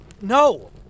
No